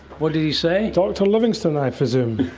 what did he say? dr livingstone, i presume?